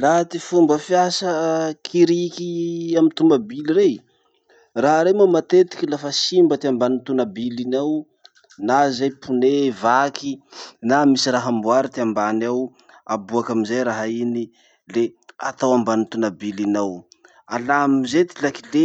Laha ty fomba fiasa kiriky amy tomobily rey. Raha rey moa matetiky lafa simba ty ambany tomabily iny ao, na zay pone vaky, na misy raha amboary ty ambany ao, aboaky amizay raha iny, le atao ambany tomabily iny ao. Alà amizay ty lakile,